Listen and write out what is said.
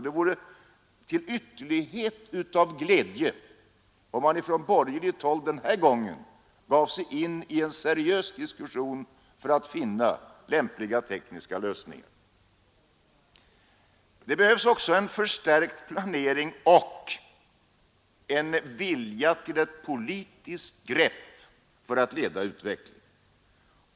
Det vore ytterst glädjande om man från borgerligt håll den här gången gav sig in i en seriös diskussion för att finna lämpliga tekniska lösningar. Det behövs också en förstärkt planering och en vilja till politiskt grepp för att leda utvecklingen.